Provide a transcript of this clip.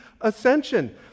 ascension